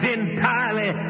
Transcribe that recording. entirely